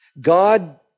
God